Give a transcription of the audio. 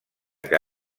que